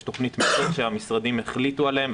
יש תכנית יסוד שהמשרדים החליטו עליהם,